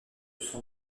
sont